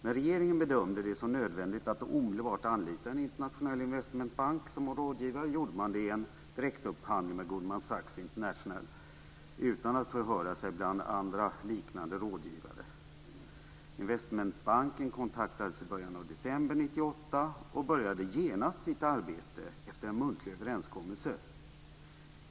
När regeringen bedömde det som nödvändigt att omedelbart anlita en internationell investmentbank som rådgivare gjorde man det i en direktupphandling med Goldman Sachs International utan att förhöra sig bland andra liknande rådgivare. Investmentbanken kontaktades i början av december 1998 och började genast sitt arbete efter en muntlig överenskommelse.